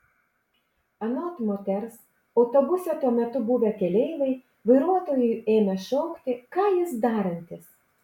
anot moters autobuse tuo metu buvę keleiviai vairuotojui ėmė šaukti ką jis darantis